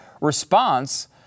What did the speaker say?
response